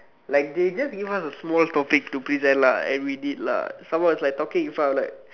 like they just give us a small topic to present lah and we did lah some more it's like talking in front of like